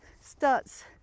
starts